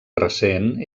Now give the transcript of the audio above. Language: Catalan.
recent